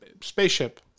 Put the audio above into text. spaceship